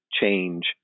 change